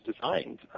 designed